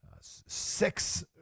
six